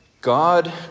God